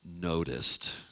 noticed